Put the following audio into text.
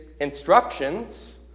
instructions